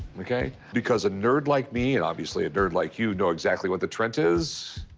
ok? because a nerd like me and obviously a nerd like you know exactly what the trent is.